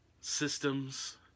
systems